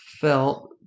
felt